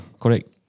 correct